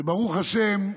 וברוך השם,